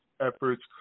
efforts